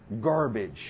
garbage